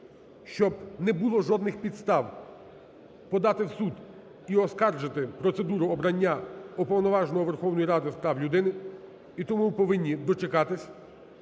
щоб не було жодних підстав подати в суд і оскаржити процедуру обрання Уповноваженого Верховної Ради з прав людини. І тому повинні дочекатись